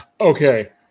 Okay